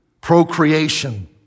procreation